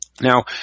Now